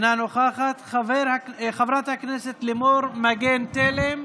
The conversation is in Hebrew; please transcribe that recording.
אינה נוכחת, חברת הכנסת לימור מגן תלם,